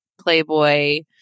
playboy